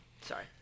Sorry